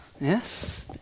Yes